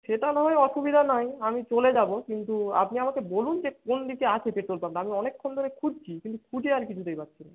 সেটা নাহয় অসুবিধা নাই আমি চলে যাব কিন্তু আপনি আমাকে বলুন যে কোন দিকে আছে পেট্রল পাম্পটা আমি অনেক্ষণ ধরে খুঁজছি কিন্তু খুঁজে আর কিছুতেই পাচ্ছি না